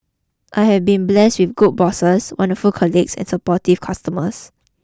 I have been blessed with good bosses wonderful colleagues and supportive customers